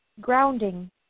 grounding